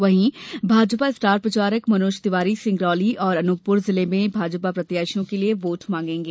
वहीं भाजपा स्टार प्रचारक मनोज तिवारी सिंगरौली और अनूपपुर जिले में भाजपा प्रत्याशियों के लिए वोट मांगेंगे